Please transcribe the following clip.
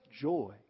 joy